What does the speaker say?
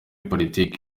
politiki